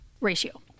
ratio